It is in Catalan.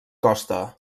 costa